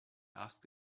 asked